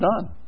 done